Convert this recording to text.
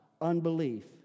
unbelief